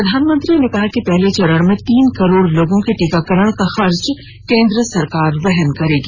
प्रधानमंत्री ने कहा कि पहले चरण में तीन करोड़ लोगों के टीकाकरण का खर्च केंद्र सरकार वहन करेगी